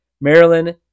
Maryland